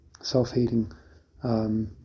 self-hating